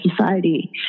society